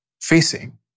facing